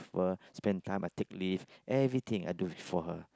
spend time I take leave everything I do for her